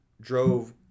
drove